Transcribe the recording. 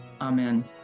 Amen